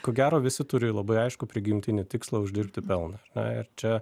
ko gero visi turi labai aiškų prigimtinį tikslą uždirbti pelną ar ne ir čia